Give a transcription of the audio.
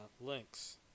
links